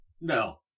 No